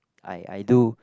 I I do